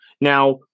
Now